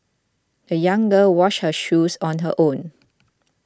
the young girl washed her shoes on her own